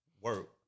work